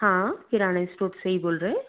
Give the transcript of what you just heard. हाँ किराना स्टोर से ही बोल रहे हैं